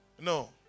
No